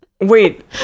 Wait